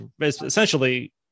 essentially